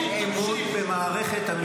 פסגות של ממלכתיות.